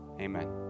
Amen